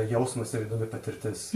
jausmas ir įdomi patirtis